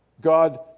God